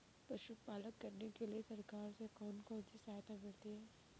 पशु पालन करने के लिए सरकार से कौन कौन सी सहायता मिलती है